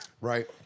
Right